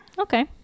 Okay